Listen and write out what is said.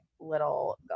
little